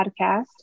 podcast